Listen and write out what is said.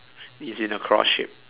it's in a cross shape